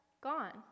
gone